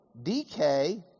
DK